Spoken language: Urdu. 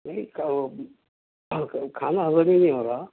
کا ہوا کھانا ہضم ہی نہیں ہو رہا